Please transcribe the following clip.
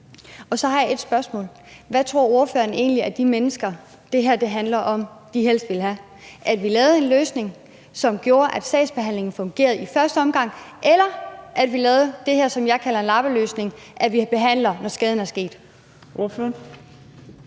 Så har jeg et spørgsmål: Hvad tror ordføreren egentlig at de mennesker, det her handler om, helst vil have: at vi lavede en løsning, som gjorde, at sagsbehandlingen fungerer i første omgang, eller at vi lavede det her, som jeg kalder en lappeløsning, nemlig at vi behandler det, når skaden er sket?